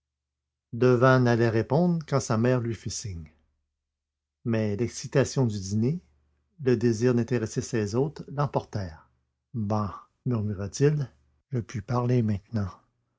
devanne allait répondre quand sa mère lui fit un signe mais l'excitation du dîner le désir d'intéresser ses hôtes l'emportèrent bah murmura-t-il je puis parler maintenant